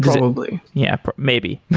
probably. yeah, maybe.